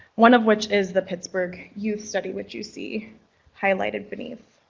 one of which is the pittsburgh youth study which you see highlighted beneath.